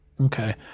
Okay